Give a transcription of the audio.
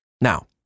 Now